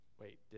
wait